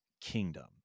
kingdom